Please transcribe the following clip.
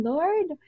Lord